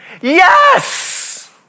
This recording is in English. Yes